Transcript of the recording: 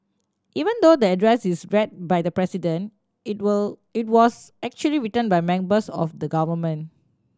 even though the address is read by the President it were it was actually written by members of the government